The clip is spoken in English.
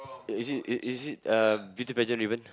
is it is is it uh beauty pageant ribbon